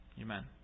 Amen